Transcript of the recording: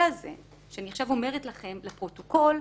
הזה שאני עכשיו אומרת לכם לפרוטוקול,